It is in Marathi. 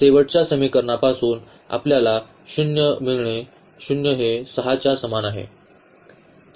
कारण शेवटच्या समीकरणापासून आपल्याला 0 मिळणे 0 हे 6 च्या समान आहे